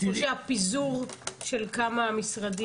או שהפיזור של כמה משרדים פוגע,